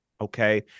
Okay